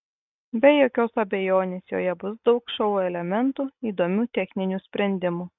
be jokios abejonės joje bus daug šou elementų įdomių techninių sprendimų